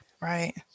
Right